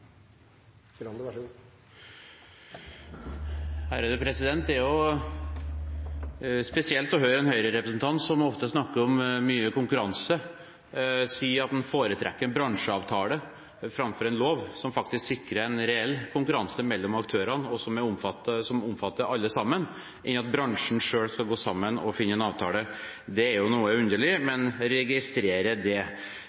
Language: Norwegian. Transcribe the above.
spesielt å høre en Høyre-representant som ofte snakker om mye konkurranse, si at han foretrekker en bransjeavtale framfor en lov som sikrer en reell konkurranse mellom aktørene, og som omfatter alle – at bransjen selv skal gå sammen og lage en avtale. Det er noe underlig, men